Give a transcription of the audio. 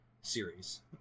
series